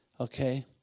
okay